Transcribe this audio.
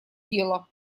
дело